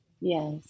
Yes